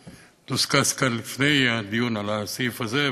שדוסקס כאן לפני הדיון על הסעיף הזה,